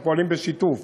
אנחנו פועלים בשיתוף,